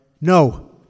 no